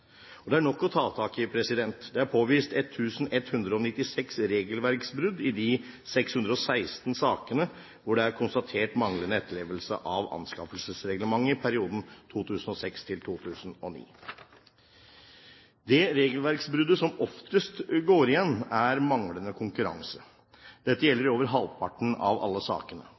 Og det er nok å ta tak i. Det er påvist 1 196 regelverksbrudd i de 616 sakene hvor det er konstatert manglende etterlevelse av anskaffelsesreglementet i perioden 2006–2009. Det regelverksbruddet som oftest går igjen, er manglende konkurranse. Dette gjelder i over halvparten av alle sakene.